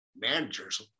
managers